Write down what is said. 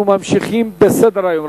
אנחנו ממשיכים בסדר-היום,